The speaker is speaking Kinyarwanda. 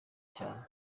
cyane